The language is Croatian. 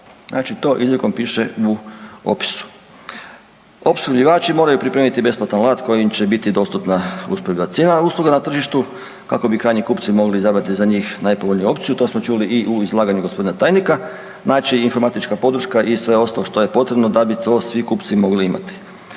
znači to izrijekom piše u opisu. Opskrbljivači moraju pripremiti besplatan alat kojim će biti dostupna …/Govornik se ne razumije/…cijela usluga na tržištu kako bi krajnji kupci mogli izabrati za njih najpovoljniju opciju, to smo čuli i u izlaganju g. tajnika, znači informatička podrška i sve ostalo što je potrebno da bi to svi kupci mogli imati.